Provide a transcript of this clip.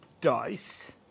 dice